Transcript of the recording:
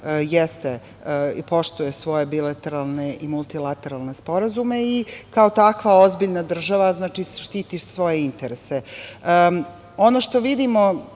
jer Srbija poštuje svoje bilateralne i multilateralne sporazume i kao takva ozbiljna država štiti svoje interese. Ono što vidimo,